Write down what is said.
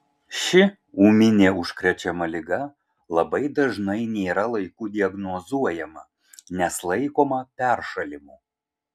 ši ūminė užkrečiama liga labai dažnai nėra laiku diagnozuojama nes laikoma peršalimu